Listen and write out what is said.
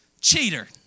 cheater